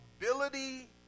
ability